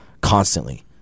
constantly